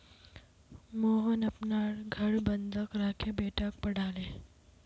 मोहन अपनार घर बंधक राखे बेटाक पढ़ाले